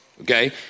okay